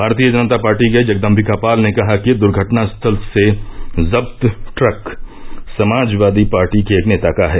भारतीय जनता पार्टी के जैगदम्बिका पाल ने कहा कि दुर्घटनास्थल से जब्त ट्रक समाजवादी पार्टी के एक नेता का है